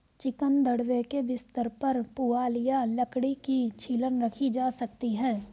chicken दड़बे के बिस्तर पर पुआल या लकड़ी की छीलन रखी जा सकती है